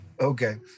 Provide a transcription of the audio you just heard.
Okay